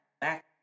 back